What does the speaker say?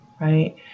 right